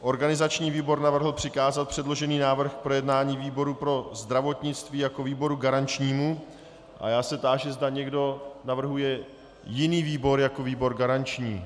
Organizační výbor navrhl přikázat předložený návrh k projednání výboru pro zdravotnictví jako výboru garančnímu a já se táži, zda někdo navrhuje jiný výbor jako výbor garanční.